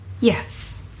Yes